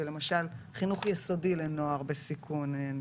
למשל חינוך יסודי לנוער בסיכון.